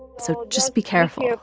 so just be careful